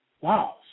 Wow